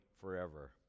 forever